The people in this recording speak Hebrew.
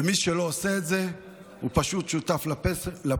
ומי שלא עושה את זה הוא פשוט שותף לפשע,